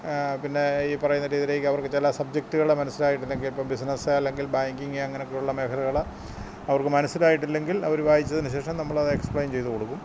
പിന്നെ ഈ പറയുന്ന രീതിയിലേക്ക് അവർക്ക് ചില സബ്ജെറ്റുകളെ മനസിലായിട്ടിലെങ്കിൽ ഇപ്പോൾ ബിസിനസ് അല്ലെങ്കിൽ ബാങ്കിങ് അങ്ങനൊക്കെയുള്ള മേഖലകൾ അവർക്ക് മനസിലായിട്ടില്ലെങ്കിൽ അവർ വായിച്ചതിന് ശേഷം നമ്മളത് എക്സ്പ്ലെയിൻ ചെയ്ത് കൊടുക്കും